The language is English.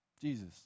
Jesus